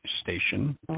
station